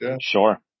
sure